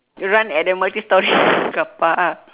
run at the multi storey carpark